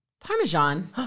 Parmesan